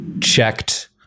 checked